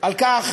על כך